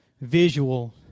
visual